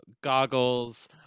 goggles